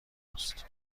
است